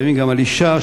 לפעמים גם על אשה,